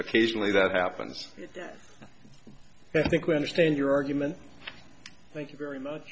occasionally that happens i think when you stand your argument thank you very much